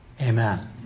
amen